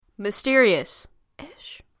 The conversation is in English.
Mysterious-ish